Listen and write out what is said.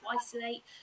isolate